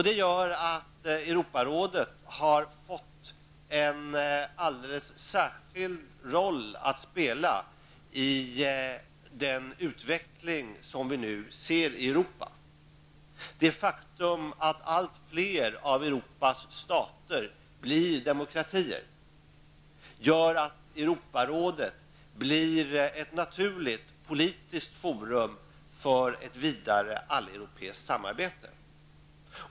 Det gör att Europarådet har fått en alldeles särskild roll att spela i den utveckling som vi nu ser i Europa. Det faktum att allt fler av Europas stater blir demokratier gör att Europarådet blir ett naturligt politiskt forum för ett vidare alleuropeiskt samarbete.